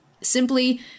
Simply